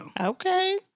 Okay